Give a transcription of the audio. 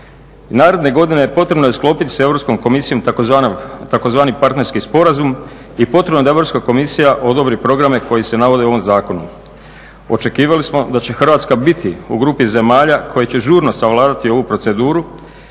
Naredne godine potrebno je sklopiti s Europskom komisijom tzv. partnerski sporazum i potrebno je da Europska komisija odobri programe koji se navode u ovom zakonu. Očekivali smo da će Hrvatska biti u grupi zemalja koje će žurno savladati ovu proceduru